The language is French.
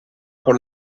pour